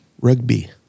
Rugby